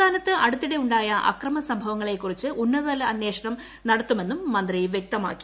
സംസ്ഥാനത്ത് അടുത്തിടെ ഉണ്ടായ അക്രമ സംഭവങ്ങളെ കുറിച്ച് ഉന്നതതല അന്വേഷണം ഉണ്ടാകുമെന്ന് മന്ത്രി വ്യക്തമാക്കി